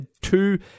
two